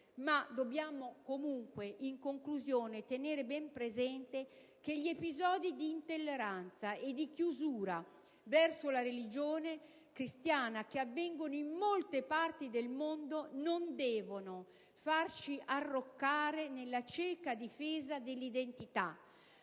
i propri scopi». In conclusione, dobbiamo tenere ben presente che gli episodi di intolleranza e di chiusura verso la religione cristiana, che avvengono in molte parti del mondo, non devono farci arroccare nella cieca difesa dell'identità,